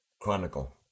Chronicle